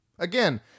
Again